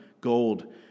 gold